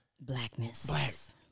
blackness